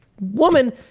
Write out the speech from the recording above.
woman